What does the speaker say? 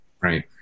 Right